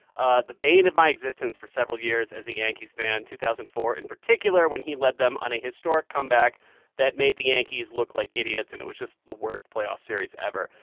ah the bane of my existence for several years as a yankees fan, two thousand and four in particular, when he led them on a historic comeback that made the yankees look like idiots. and it was just the worst playoff series ever.